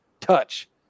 touch